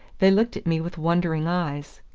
they looked at me with wondering eyes.